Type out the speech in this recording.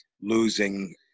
losing